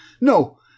No